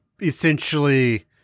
essentially